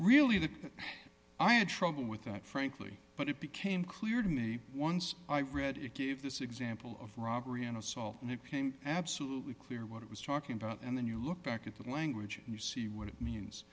that i had trouble with that frankly but it became clear to me once i read it gave this example of robbery and assault and it became absolutely clear what it was talking about and then you look back at that language and you see what it means